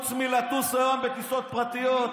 חוץ מלטוס בעולם בטיסות פרטיות,